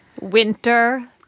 Winter